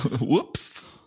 Whoops